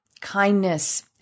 kindness